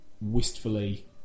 wistfully